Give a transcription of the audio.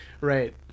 Right